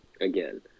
again